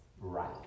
right